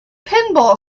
pinball